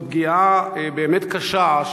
זו פגיעה באמת קשה,